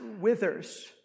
withers